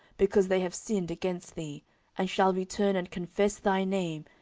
because they have sinned against thee and shall return and confess thy name,